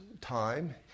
time